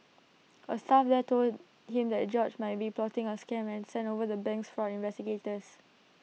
A staff there told him that George might be plotting A scam and sent over the bank's fraud investigators